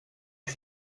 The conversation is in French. que